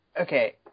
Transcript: Okay